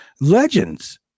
legends